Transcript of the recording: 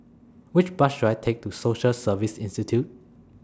Which Bus should I Take to Social Service Institute